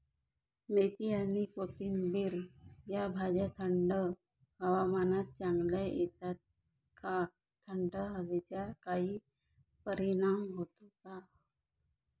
मेथी आणि कोथिंबिर या भाज्या थंड हवामानात चांगल्या येतात का? थंड हवेचा काही परिणाम होतो का?